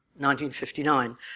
1959